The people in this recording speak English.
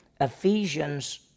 Ephesians